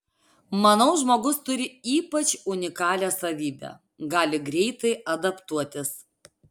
manau žmogus turi ypač unikalią savybę gali greitai adaptuotis